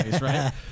right